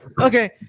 Okay